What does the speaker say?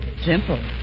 Simple